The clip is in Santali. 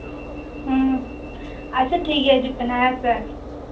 ᱦᱮᱸ ᱟᱪᱪᱷᱟ ᱴᱷᱤᱠ ᱜᱮᱭᱟ ᱦᱤᱡᱩᱜ ᱯᱮ ᱦᱟᱸᱜ ᱦᱮᱸ ᱥᱮ